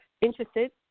interested